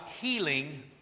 healing